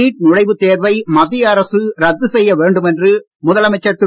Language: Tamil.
நீட் நுழைவுத் தேர்வை மத்திய அரசு ரத்து செய்ய வேண்டும் என்று முதலமைச்சர் திரு